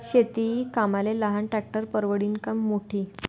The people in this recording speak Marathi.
शेती कामाले लहान ट्रॅक्टर परवडीनं की मोठं?